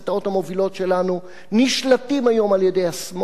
המובילות שלנו נשלטים היום על-ידי השמאל